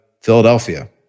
Philadelphia